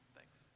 Thanks